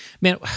man